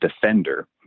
defender